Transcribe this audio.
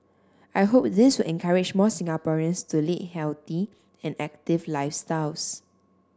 I hope this will encourage more Singaporeans to lead healthy and active lifestyles